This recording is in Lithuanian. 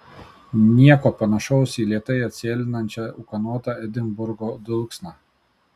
nieko panašaus į lėtai atsėlinančią ūkanotą edinburgo dulksną